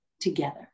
together